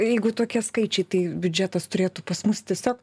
jeigu tokie skaičiai tai biudžetas turėtų pas mus tiesiog